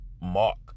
Mark